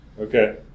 Okay